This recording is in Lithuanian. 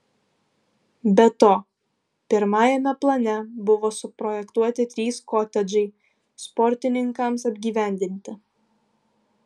be to pirmajame plane buvo suprojektuoti trys kotedžai sportininkams apgyvendinti